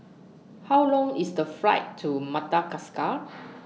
How Long IS The Flight to Madagascar